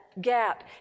gap